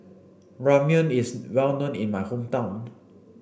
Ramyeon is well known in my hometown